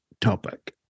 topic